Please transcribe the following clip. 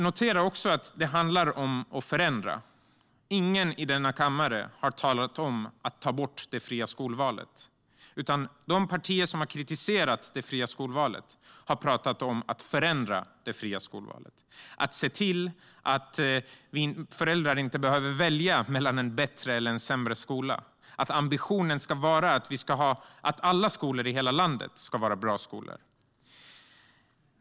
Notera också att det handlar om att förändra. Ingen i denna kammare har talat om att ta bort det fria skolvalet. De partier som har kritiserat det fria skolvalet har talat om att förändra det. Det handlar om att se till att föräldrar inte behöver välja mellan en bättre eller en sämre skola. Ambitionen ska vara att alla skolor i hela landet ska vara bra skolor.